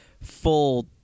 full